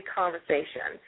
conversation